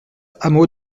hameau